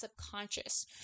subconscious